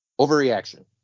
overreaction